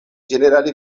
ĝenerale